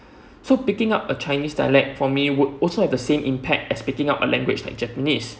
so picking up a chinese dialect for me would also have the same impact as picking up a language like japanese